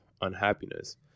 unhappiness